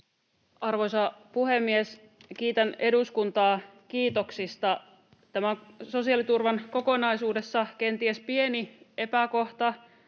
Arvoisa puhemies! Kiitän eduskuntaa kiitoksista. Tämä on sosiaaliturvan kokonaisuudessa kenties pieni epäkohta,